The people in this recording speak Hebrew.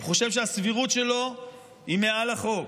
הוא חושב שהסבירות שלו היא מעל החוק,